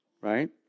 Right